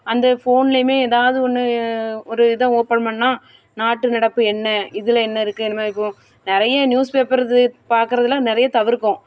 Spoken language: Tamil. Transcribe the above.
அண்டு ஃபோன்லையுமே எதாவது ஒன்று ஒரு இதை ஓப்பன் பண்ணால் நாட்டு நடப்பு என்ன இதில் என்ன இருக்கு இந்த மாதிரி நிறைய நியூஸ் பேப்பரது பார்க்குறதுலாம் நிறைய தவிர்க்கோம்